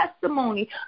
testimony